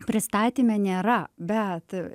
pristatyme nėra bet